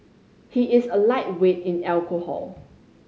he is a lightweight in alcohol